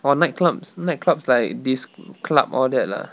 orh nightclubs nightclubs like dis~ club all that lah